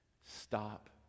Stop